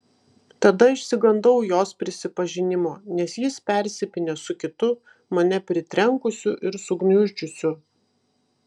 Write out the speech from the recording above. tada išsigandau jos prisipažinimo nes jis persipynė su kitu mane pritrenkusiu ir sugniuždžiusiu